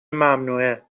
ممنوعه